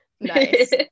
nice